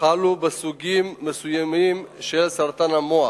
חלו בסוגים מסוימים של סרטן המוח.